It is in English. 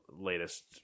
latest